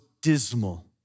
dismal